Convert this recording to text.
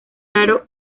raro